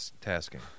tasking